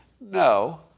No